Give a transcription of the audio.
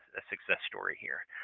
a success story here.